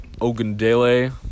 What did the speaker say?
Ogundele